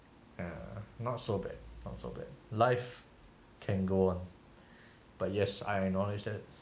err not so bad not so bad life can go on but yes I acknowledge that